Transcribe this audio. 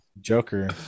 Joker